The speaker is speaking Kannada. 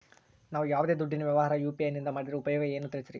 ನಾವು ಯಾವ್ದೇ ದುಡ್ಡಿನ ವ್ಯವಹಾರ ಯು.ಪಿ.ಐ ನಿಂದ ಮಾಡಿದ್ರೆ ಉಪಯೋಗ ಏನು ತಿಳಿಸ್ರಿ?